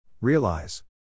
Realize